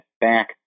back